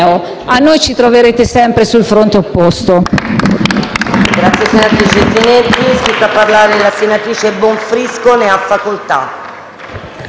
A noi ci troverete sempre sul fronte opposto.